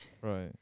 Right